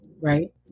right